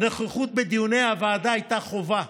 הנוכחות בדיוני הוועדה הייתה חובה,